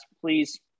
please